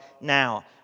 now